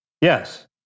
Yes